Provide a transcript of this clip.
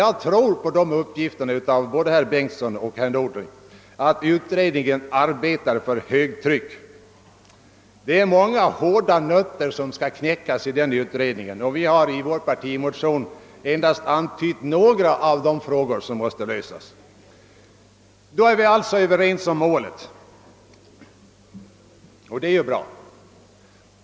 Jag tror på uppgiften från både herr Bengtsson och herr Nordgren att utredningen arbetar för högtryck. Många hårda nötter skall knäckas av utredningen, och i vår partimotion har vi endast antytt några av de frågor som måste lösas. Vi är alltså överens om målet — och det är bra.